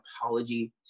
apology